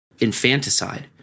infanticide